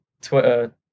Twitter